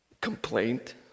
complaint